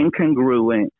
incongruent